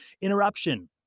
interruption